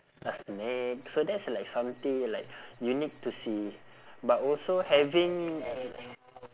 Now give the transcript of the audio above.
a snake so that's like something like you need to see but also having